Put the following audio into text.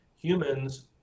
humans